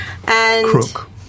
Crook